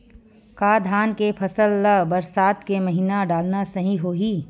का धान के फसल ल बरसात के महिना डालना सही होही?